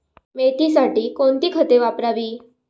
मेथीसाठी कोणती खते वापरावी?